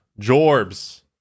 Jorbs